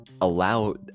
allow